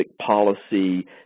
policy